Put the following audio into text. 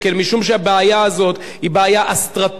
משום שהבעיה הזאת היא בעיה אסטרטגית,